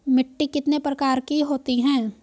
मिट्टी कितने प्रकार की होती हैं?